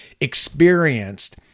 experienced